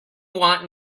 want